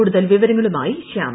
കൂടുതൽ വിവരങ്ങളുമായി ശ്യാമ